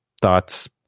thoughts